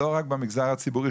לא רק במגזר הציבורי,